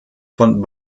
von